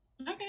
Okay